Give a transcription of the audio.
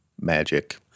magic